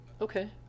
Okay